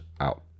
out